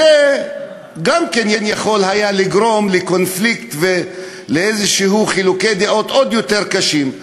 זה גם כן יכול היה לגרום לקונפליקט ולחילוקי דעות עוד יותר קשים.